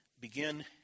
Begin